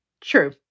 True